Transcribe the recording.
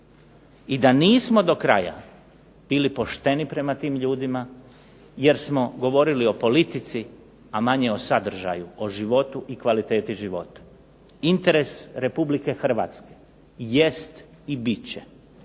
i da nismo do kraja bili pošteni prema tim ljudima jer smo govorili o politici, a manje o sadržaju, o životu i kvaliteti života. Interes Republike Hrvatske jest i bit će